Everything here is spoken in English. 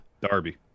Darby